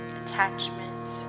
attachments